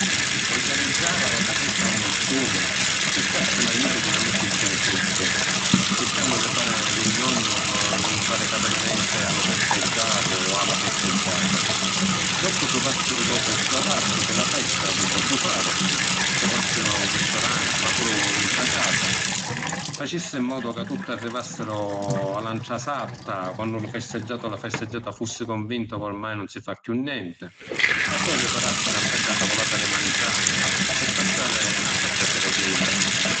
Pi organizzari na festa ammucciuni circassi l’aiutu di l’amici chiù ‘ncutti, circannu di fari lu gnognu pi nun fa fari capiri nenti a lu festeggiatu o a la festeggiata. Ddoppu truvassi lu locu chiù adattu pi la festa chi vogghiu fari, ca po’ esseri un ristoranti ma puru dintra casa. Facissi ‘n modu ca tutti arrivassiru a la ‘ntrasatta quannu lu festeggiatu o la festeggiata fussi cunvintu ca ormai nun si fa chiù nenti. E poi priparassi na bedda tavulata di manciàri pi passàri na bedda siritina.